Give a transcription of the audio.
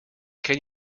can